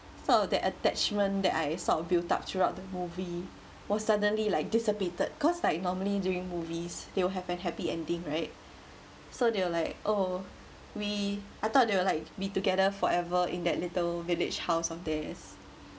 sort of the attachment that I sort of built up throughout the movie was suddenly like dissipated cause like normally during movies they will have an happy ending right so they were like oh we I thought they will like be together forever in that little village house of theirs